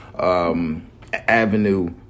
Avenue